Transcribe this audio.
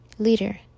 Leader